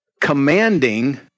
commanding